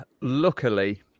luckily